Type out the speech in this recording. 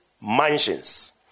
mansions